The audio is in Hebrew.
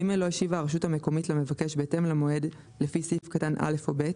(ג)לא השיבה הרשות המקומית למבקש בהתאם למועד לפי סעיף קטן (א) או (ב),